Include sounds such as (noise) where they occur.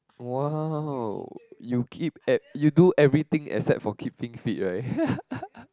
!wow! you keep at you do everything except for keeping fit right (laughs)